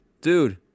dude